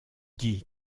dis